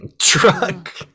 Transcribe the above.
truck